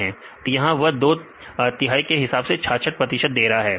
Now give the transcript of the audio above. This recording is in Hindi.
तो यहां वह दो तिहाई के हिसाब से 66 प्रतिशत दे रखा है